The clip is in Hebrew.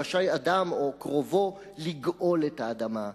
רשאי אדם או קרובו לגאול את האדמה,